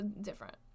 different